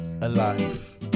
alive